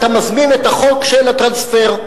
אתה מזמין את החוק של הטרנספר,